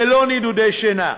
ללא נדודי שינה?